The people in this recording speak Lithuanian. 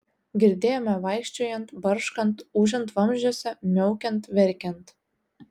girdėjome vaikščiojant barškant ūžiant vamzdžiuose miaukiant verkiant